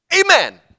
Amen